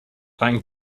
thank